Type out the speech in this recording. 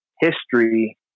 history